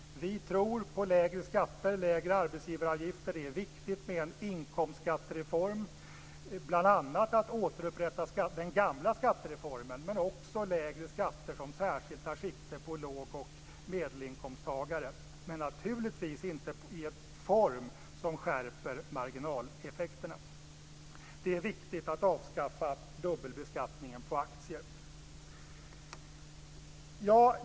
Vi tror på lägre skatter, lägre arbetsgivaravgifter. Det är viktigt med en inkomstskattereform. Det gäller bl.a. att återupprätta den gamla skattereformen. Men det handlar också om lägre skatter som särskilt tar sikte på lågoch medelinkomsttagare - dock naturligtvis inte i en form som skärper marginaleffekterna. Det är också viktigt att avskaffa dubbelbeskattningen på aktier.